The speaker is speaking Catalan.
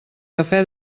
café